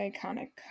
Iconic